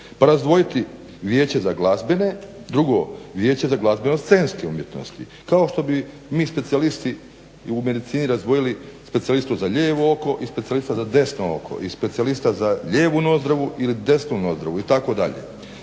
pa razdvojiti Vijeće za glazbene, drugo, Vijeće za glazbeno scenske umjetnosti kao što bi mi specijalisti u medicini razdvojili specijalistu za lijevo oko i specijalista za desno oko i specijalista za lijevu nozdrvu ili desnu nozdrvu itd.